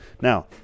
Now